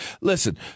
Listen